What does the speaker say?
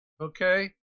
okay